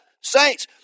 saints